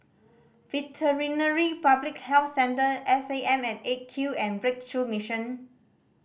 Veterinary Public Health Centre S A M at Eight Q and Breakthrough Mission